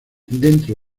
dentro